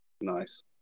nice